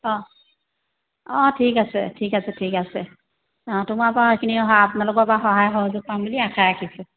অঁ অঁ ঠিক আছে ঠিক আছে ঠিক আছে অঁ তোমাৰ পৰা সেইখিনি সহায় আপোনালোকৰ পৰা সহায় সহযোগ পাম বুলি আশা ৰাখিছোঁ